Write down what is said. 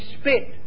spit